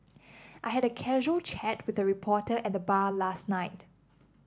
I had a casual chat with a reporter at the bar last night